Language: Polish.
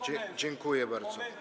Dziękuję bardzo.